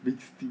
peach tea